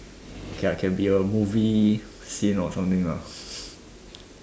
k lah can be a movie scene or something lah